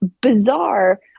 bizarre